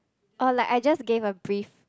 oh like I just gave a brief